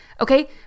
Okay